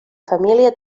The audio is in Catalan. família